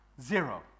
Zero